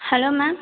hello ma'am